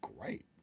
great